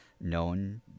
known